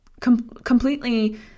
completely